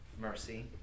mercy